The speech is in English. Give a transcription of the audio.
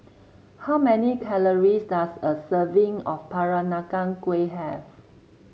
how many calories does a serving of Peranakan Kueh have